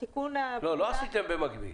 לא, לא עשיתם במקביל.